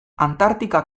antartika